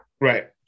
Right